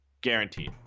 guaranteed